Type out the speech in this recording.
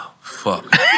Fuck